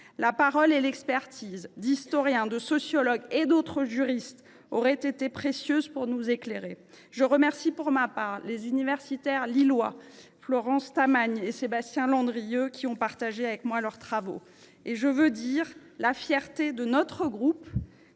La parole et l’expertise d’historiens, de sociologues et d’autres juristes auraient été précieuses et nous auraient éclairés. Je remercie, pour ma part, les universitaires lillois Florence Tamagne et Sébastien Landrieux, qui ont partagé leurs travaux avec moi. C’est avec fierté que notre groupe